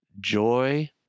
joy